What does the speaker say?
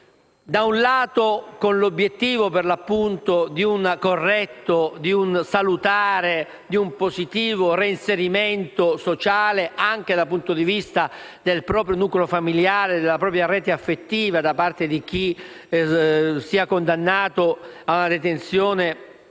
Da un lato c'è l'obiettivo, per l'appunto, di un corretto, salutare e positivo reinserimento sociale, anche dal punto di vista del proprio nucleo familiare e della propria rete affettiva, da parte di chi sia condannato ad una detenzione